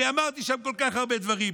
הרי אמרתי שם כל כך הרבה דברים,